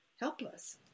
helpless